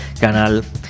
canal